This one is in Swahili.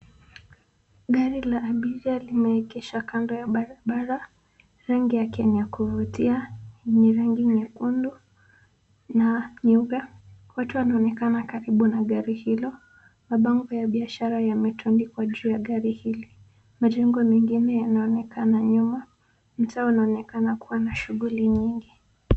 Gari la abiria limeegesha kando ya barabara, rangi yake ni ya kuvutia yenye rangi nyekundu na nyeupe. Watu wanaonekana karibu na gari hilo. Mabango ya bishara yametandikwa juu ya gari hili. Majengo mengine yanaonekana nyuma. Mtaa unaonekana kuwa na shughuli nyingi.